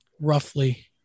roughly